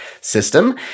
system